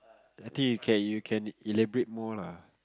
I think you can you can elaborate more lah